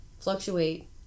fluctuate